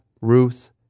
Ruth